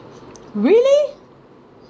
really